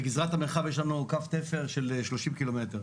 ובגזרת המרחב יש לנו קו תפר של 30 קילומטר.